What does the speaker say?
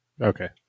okay